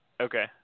Okay